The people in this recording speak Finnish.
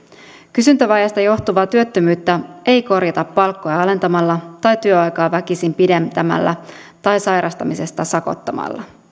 kysyntävajeesta johtuvaa työttömyyttä ei korjata palkkoja alentamalla tai työaikaa väkisin pidentämällä tai sairastamisesta sakottamalla